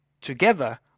together